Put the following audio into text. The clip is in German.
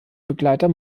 begleiter